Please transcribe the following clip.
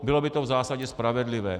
Bylo by to v zásadě spravedlivé.